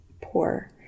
poor